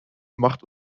macht